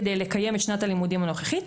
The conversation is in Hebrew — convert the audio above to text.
כדי לקיים את שנת הלימודים הנוכחית,